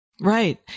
Right